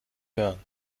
hören